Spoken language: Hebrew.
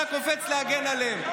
אתה קופץ להגן עליהם.